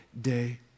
day